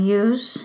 use